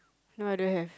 no I don't have